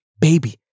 baby